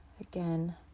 again